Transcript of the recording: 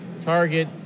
target